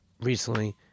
recently